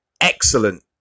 excellent